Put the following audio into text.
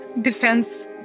defense